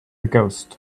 ghost